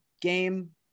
game